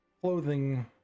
clothing